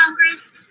Congress